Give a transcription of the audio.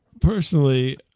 Personally